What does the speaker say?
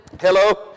Hello